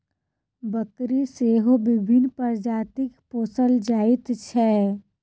बकरी सेहो विभिन्न प्रजातिक पोसल जाइत छै